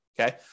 okay